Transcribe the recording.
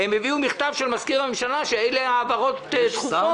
הם הביאו מכתב של מזכיר הממשלה לפיו אלה הן העברות דחופות.